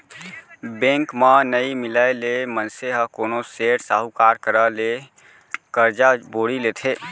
bank म नइ मिलय ले मनसे ह कोनो सेठ, साहूकार करा ले करजा बोड़ी लेथे